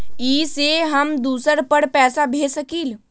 इ सेऐ हम दुसर पर पैसा भेज सकील?